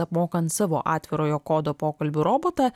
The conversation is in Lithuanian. apmokant savo atvirojo kodo pokalbių robotą